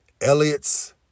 Elliot's